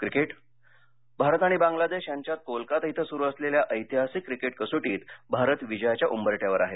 cricket Bharat आणि बांगलादेश यांच्यात कोलकाता इथं सुरु असलेल्या ऐतिहासिक क्रिकेट कसोटीत भारत विजयाच्या उंबरठ्यावर आहे